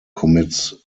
commits